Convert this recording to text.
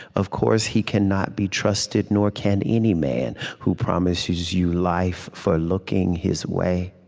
of course, he cannot be trusted nor can any man who promises you life for looking his way.